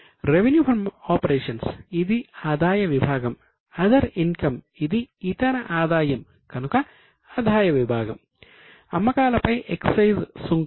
revenue from operations ఇది ఒక గమ్మత్తైన అంశం